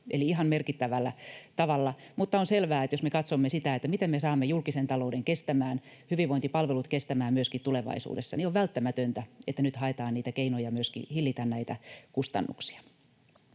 eli ihan merkittävällä tavalla, mutta on selvää, että jos me katsomme sitä, miten me saamme julkisen talouden kestämään, hyvinvointipalvelut kestämään myöskin tulevaisuudessa, on välttämätöntä, että nyt haetaan niitä keinoja myöskin hillitä näitä kustannuksia.